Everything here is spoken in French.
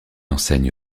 enseigne